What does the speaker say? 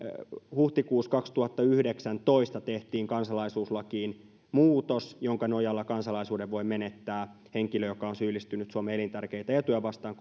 huhtikuussa kaksituhattayhdeksäntoista tehtiin kansalaisuuslakiin muutos jonka nojalla kansalaisuuden voi menettää henkilö joka on syyllistynyt suomen elintärkeitä etuja vastaan